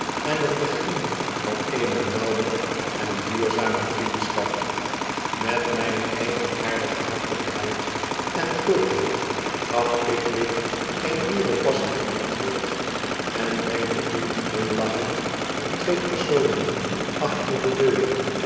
en het begin van eene nauwe en duurzame vriendschap met zyne eigenaardige hartelijkheid en gulheid gaf pickwick een hierop passend antwoord en wenkte toen glimlachend naar twee personen achter de deur